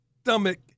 stomach